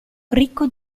ricco